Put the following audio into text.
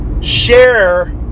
share